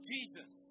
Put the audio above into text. Jesus